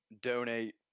donate